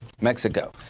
Mexico